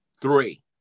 Three